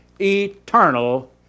eternal